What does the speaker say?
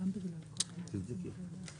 ידי ועדת הכלכלה.